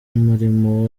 umurimo